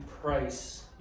price